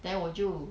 then 我就